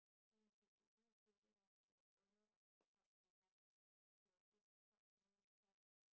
then should be this lady must be the owner of the shop behind her she had this shop name hats